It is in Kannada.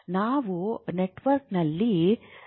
ನಾವು ನೆಟ್ವರ್ಕ್ಗಳಲ್ಲಿನ ವ್ಯತ್ಯಾಸಗಳನ್ನು ಕಾಣಬಹುದು